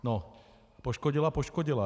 No, poškodila poškodila.